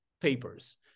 papers